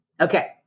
Okay